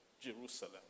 Jerusalem